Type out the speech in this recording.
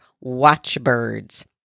watchbirds